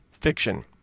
fiction